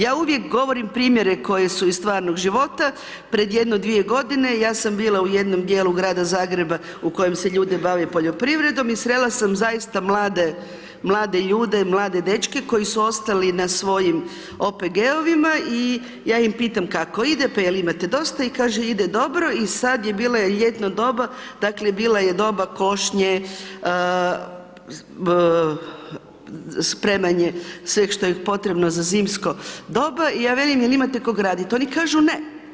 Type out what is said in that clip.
Ja uvijek govorim primjere koji su iz stvarnog života, pred jedno dvije godine ja sam bila u jednom dijelu grada Zagreba u kojem se ljudi bave poljoprivrednom i srela sam zaista mlade, mlade ljude, mlade dečke koji su ostali na svojim OPG-ovima i ja ih pitam kako ide, pa jel imate dosta i kaže ide dobro i sad bilo je ljetno doba, dakle bilo je doba košnje, spremanje sveg što je potrebno za zimsko doba i ja velim jel imate kog radit, oni kažu ne.